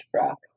rock